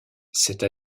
cette